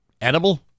edible